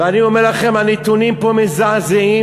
ואני אומר לכם, הנתונים פה מזעזעים.